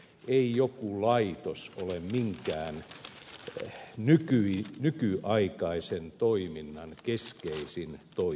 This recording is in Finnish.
ei joku laitos ole minkään nykyaikaisen toiminnan keskeisin toimija